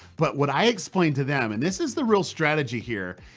but what i explain to them and this is the real strategy here,